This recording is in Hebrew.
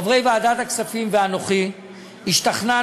חברי ועדת הכספים ואנוכי השתכנענו